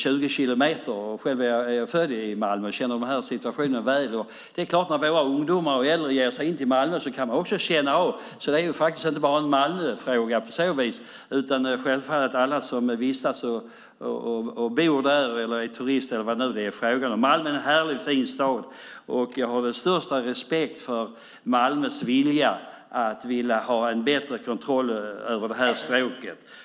Jag är själv född i Malmö och känner väl till situationen. Våra ungdomar och äldre ger sig in till Malmö, så det är inte bara Malmöfråga. Det handlar självfallet om alla som vistas eller som bor där, är turister eller vad det nu är fråga om. Malmö är en härlig och fin stad. Jag har den största respekt för Malmös vilja att ha en bättre kontroll över Stråket.